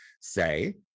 say